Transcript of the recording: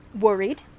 worried